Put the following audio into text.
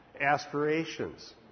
aspirations